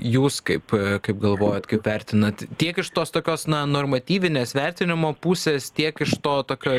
jūs kaip kaip galvojat kaip vertinat tiek iš tos tokios na normatyvinės vertinimo pusės tiek iš to tokio